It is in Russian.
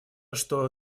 что